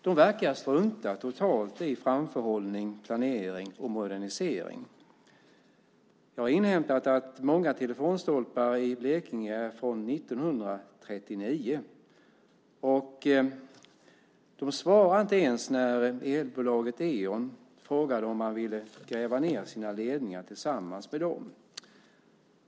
De verkar strunta totalt i framförhållning, planering och modernisering - jag har inhämtat att många telefonstolpar i Blekinge är från 1939. De svarade inte ens när elbolaget Eon frågade om de ville gräva ned sina ledningar tillsammans med dem.